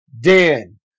Dan